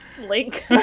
Link